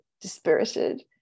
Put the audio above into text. dispirited